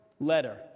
letter